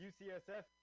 UCSF